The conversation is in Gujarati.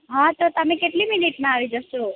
હાં તો તમે કેટલી મિનિટમાં આવી જશો